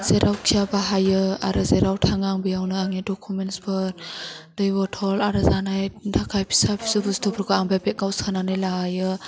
जेरावखि जाया बाहायो आरो जेराव थाङो आं बेयावनो आंनि डक'मेन्टसफोर दै बटल आरो जानायनि थाखाय फिसा फिसौ बुस्टुफोरखौ आं बे बेगाव सोनानै लायो